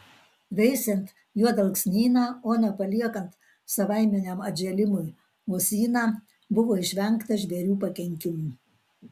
veisiant juodalksnyną o ne paliekant savaiminiam atžėlimui uosyną buvo išvengta žvėrių pakenkimų